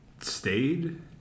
stayed